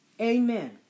Amen